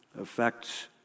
affects